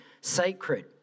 sacred